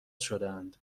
شدهاند